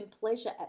pleasure